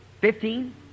Fifteen